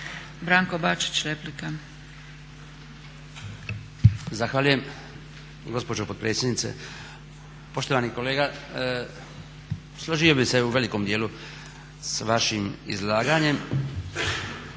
Branko (HDZ)** Zahvaljujem gospođo potpredsjednice. Poštovani kolega, složio bi se u velikom djelu s vašim izlaganjem.